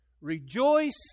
Rejoice